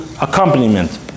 accompaniment